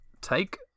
Take